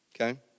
okay